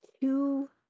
two